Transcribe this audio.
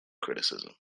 criticism